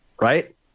right